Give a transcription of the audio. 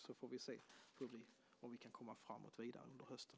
Vi får se om det går att komma vidare under hösten.